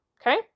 Okay